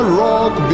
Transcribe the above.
rock